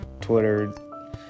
twitter